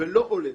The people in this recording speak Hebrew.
ולא עולה.